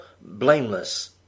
blameless